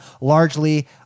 largely